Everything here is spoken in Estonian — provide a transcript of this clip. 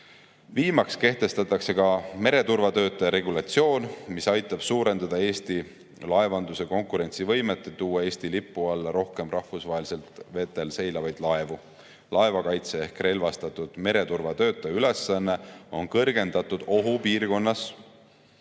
anta. Viimaks kehtestatakse ka mereturvatöötaja regulatsioon, mis aitab suurendada Eesti laevanduse konkurentsivõimet, et tuua Eesti lipu alla rohkem rahvusvahelistes vetes seilavaid laevu. Laevakaitse ehk relvastatud mereturvatöötaja ülesanne on kõrgendatud ohupiirkonnas